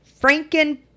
Franken